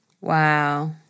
Wow